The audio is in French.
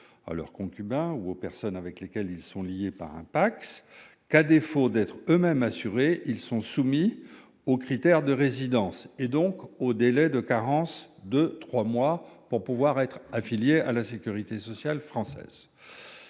à leurs concubins ou aux personnes auxquelles ils sont liés par un PACS que, à défaut d'être eux-mêmes assurés, ils sont soumis au critère de résidence et, donc, au délai de carence de trois mois pour pouvoir être affiliés à la sécurité sociale.